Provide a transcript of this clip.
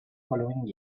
following